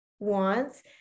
Wants